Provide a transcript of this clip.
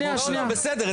בסדר.